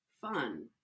fun